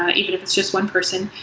ah even if it's just one person,